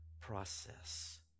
process